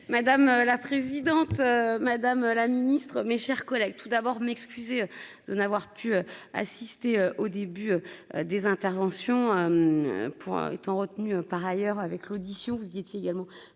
Madame la présidente. Madame la Ministre, mes chers collègues. Tout d'abord m'excuser de n'avoir pu assister au début des interventions. Pour étant retenu par ailleurs avec l'audition. Vous étiez également